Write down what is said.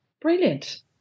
Brilliant